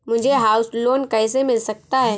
मुझे house loan कैसे मिल सकता है?